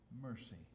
mercy